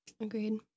Agreed